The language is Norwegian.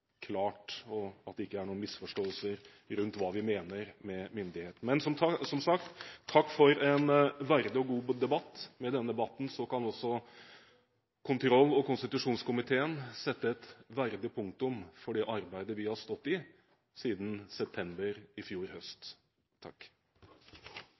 noen misforståelser rundt hva vi mener med myndighet. Men som sagt: Takk for en verdig og god debatt. Med denne debatten kan også kontroll- og konstitusjonskomiteen sette et verdig punktum for det arbeidet vi har stått i siden september i fjor.